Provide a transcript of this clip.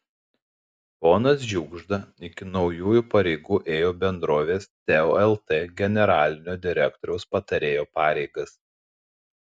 ponas žiugžda iki naujųjų pareigų ėjo bendrovės teo lt generalinio direktoriaus patarėjo pareigas